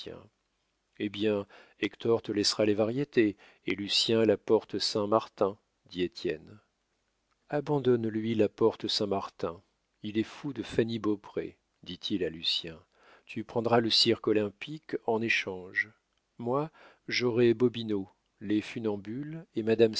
eh bien hector te laissera les variétés et lucien la porte-saint-martin dit étienne abandonne lui la porte-saint-martin il est fou de fanny beaupré dit-il à lucien tu prendras le cirque-olympique en échange moi j'aurai bobino les funambules